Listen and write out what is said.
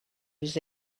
was